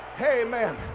Amen